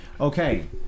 Okay